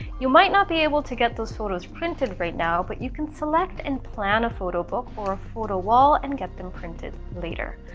you might not be able to get those photos printed right now, but you can select and plan a photo book or a photo wall and get them printed later.